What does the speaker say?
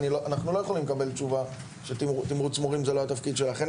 אנחנו לא יכולים לקבל תשובה שתמרוץ מורים זה לא התפקיד שלך.